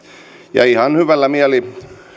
ja ihan hyvillä mielin